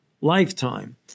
lifetime